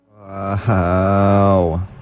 Wow